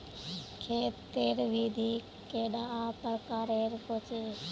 खेत तेर विधि कैडा प्रकारेर होचे?